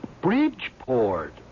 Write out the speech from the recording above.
Bridgeport